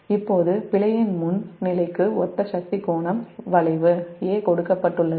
இப்போது பிழையின் முன் நிலைக்கு ஒத்த சக்தி கோணம் வளைவு 'A' கொடுக்கப்பட்டுள்ளது